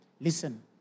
Listen